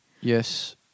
Yes